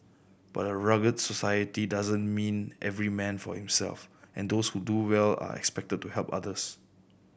but a rugged society doesn't mean every man for himself and those who do well are expected to help others